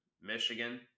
Michigan